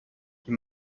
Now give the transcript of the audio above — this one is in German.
die